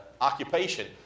occupation